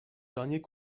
derniers